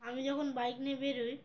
আমি যখন বাইক নিয়ে বেরোই